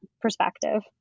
perspective